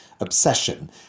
obsession